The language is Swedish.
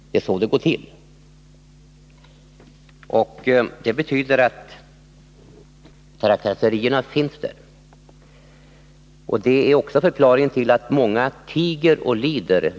Det är så det går till. Trakasserierna finns där, och det är förklaringen till att många tiger och lider.